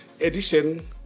edition